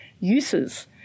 uses